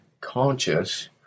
conscious